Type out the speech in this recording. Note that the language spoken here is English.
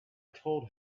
told